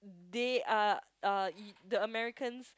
they are uh the Americans